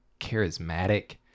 charismatic